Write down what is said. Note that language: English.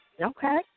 Okay